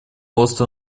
остро